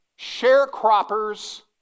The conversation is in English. sharecroppers